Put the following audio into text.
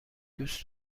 دوست